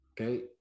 okay